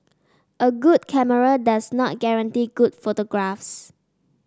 a good camera does not guarantee good photographs